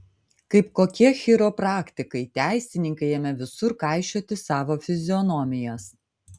kaip kokie chiropraktikai teisininkai ėmė visur kaišioti savo fizionomijas